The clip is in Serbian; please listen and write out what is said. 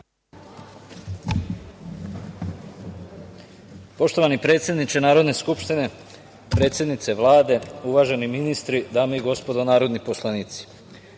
Poštovani predsedniče Narodne skupštine, predsednice Vlade, uvaženi ministri, dame i gospodo narodni poslanici.U